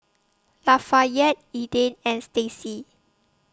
Lafayette Edythe and Stacie